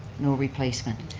no replacement.